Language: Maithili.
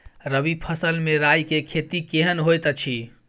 रबी फसल मे राई के खेती केहन होयत अछि?